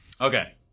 Okay